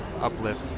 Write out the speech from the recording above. uplift